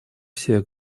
всех